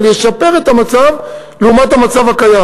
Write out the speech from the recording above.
אבל ישפר את המצב לעומת המצב הקיים.